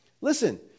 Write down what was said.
Listen